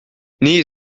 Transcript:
nii